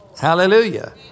Hallelujah